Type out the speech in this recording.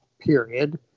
period